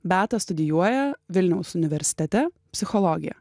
beata studijuoja vilniaus universitete psichologiją